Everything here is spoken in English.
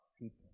people